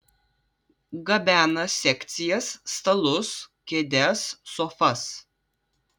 gabena sekcijas stalus kėdes sofas